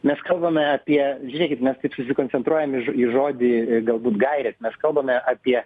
mes kalbame apie žiūrėkit mes taip susikoncentruojam į žodį galbūt gairės mes kalbame apie